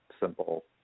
simple